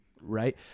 right